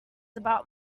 about